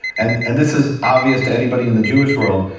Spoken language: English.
and and this is obvious to anybody in the jewish world,